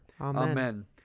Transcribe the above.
Amen